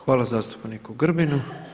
Hvala zastupniku Grbinu.